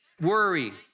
Worry